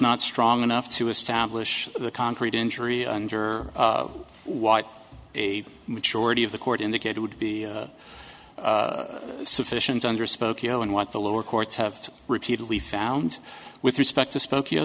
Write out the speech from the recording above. not strong enough to establish the concrete injury under what a majority of the court indicated would be sufficient under spokeo and what the lower courts have repeatedly found with respect to spoke